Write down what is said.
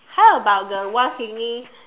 how about the one singing